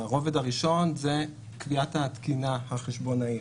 הרובד הראשון זה קביעת התקינה החשבונאית.